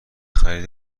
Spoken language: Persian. خرید